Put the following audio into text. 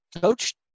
coach